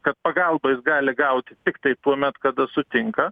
kad pagalbą jis gali gaut tiktai tuomet kada sutinka